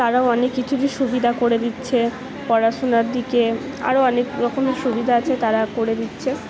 তাঁরাও অনেক কিছুরই সুবিধা করে দিচ্ছে পড়াশোনার দিকে আরও অনেক রকম সুবিধা আছে তাঁরা করে দিচ্ছে